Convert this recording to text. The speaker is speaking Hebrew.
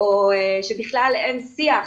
או שבכלל אין שיח